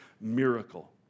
miracle